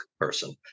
person